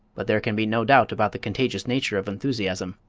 but there can be no doubt about the contagious nature of enthusiasm.